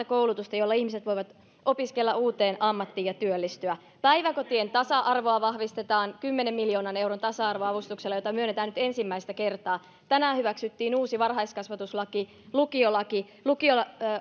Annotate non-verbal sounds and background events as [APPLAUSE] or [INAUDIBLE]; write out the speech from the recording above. [UNINTELLIGIBLE] koulutusta jolla ihmiset voivat opiskella uuteen ammattiin ja työllistyä päiväkotien tasa arvoa vahvistetaan kymmenen miljoonan euron tasa arvoavustuksella jota myönnetään nyt ensimmäistä kertaa tänään hyväksyttiin uusi varhaiskasvatuslaki lukiolaki lukio